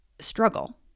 struggle